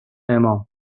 امام